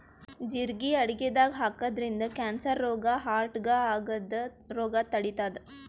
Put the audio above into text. ಜಿರಗಿ ಅಡಗಿದಾಗ್ ಹಾಕಿದ್ರಿನ್ದ ಕ್ಯಾನ್ಸರ್ ರೋಗ್ ಹಾರ್ಟ್ಗಾ ಆಗದ್ದ್ ರೋಗ್ ತಡಿತಾದ್